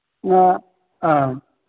ꯉꯥ ꯑ